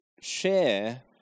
share